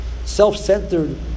self-centered